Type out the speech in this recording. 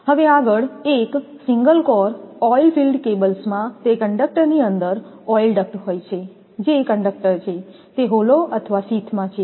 હવે આગળ એક single core oil field cables માં તે કંડક્ટરની અંદર ઓઇલ ડક્ટ હોય છે જે કંડક્ટર છે તે હોલો અથવા શીથમાં છે